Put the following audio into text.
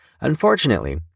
Unfortunately